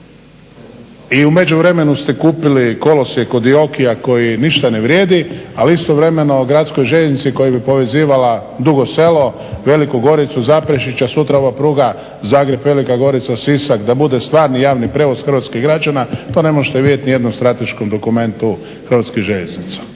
I u međuvremenu ste kupili kolosijek od DIOKI-ja koji ništa ne vrijedi, ali istovremeno gradskoj željeznici koja bi povezivala Dugo Selo-Veliku Goricu-Zaprešić, a sutra ova pruga Zagreb-Velika Gorica-Sisak da bude stvarni javni prijevoz hrvatskih građana to ne možete vidjeti ni u jednom strateškom dokumentu HŽ-a. A to je linija